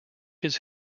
his